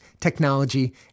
technology